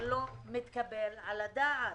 זה לא מתקבל על הדעת.